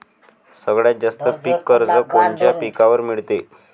सगळ्यात जास्त पीक कर्ज कोनच्या पिकावर मिळते?